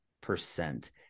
percent